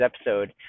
episode